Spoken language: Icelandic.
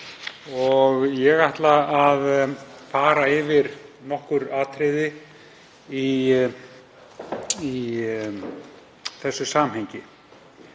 og ég ætla að fara yfir nokkur atriði í þessu samhengi.